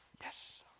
yes